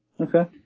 okay